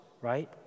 right